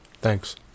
Thanks